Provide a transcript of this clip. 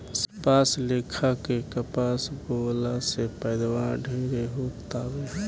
सरपास लेखा के कपास बोअला से पैदावार ढेरे हो तावे